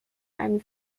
einem